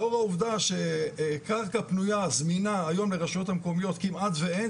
לאור העובדה שקרקע פנויה זמינה היום לרשויות המקומיות כמעט ואין,